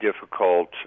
difficult